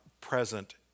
present